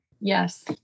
Yes